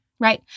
right